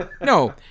no